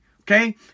Okay